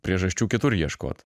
priežasčių kitur ieškot